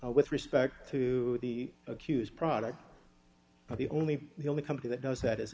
s with respect to the accused product the only the only company that does that is